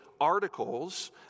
articles